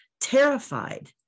terrified